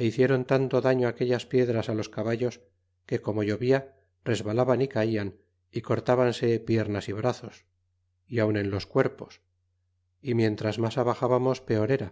é hicieron tanto daño aquellas piedras los caballos que como llov ía resvalaban caian y cortábanse piernas y brazos y aun en los cuerpos y mientras mas abaxbamos peor era